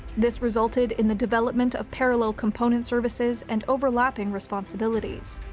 this resulted in the development of parallel component services and overlapping responsibilities.